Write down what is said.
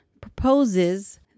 proposes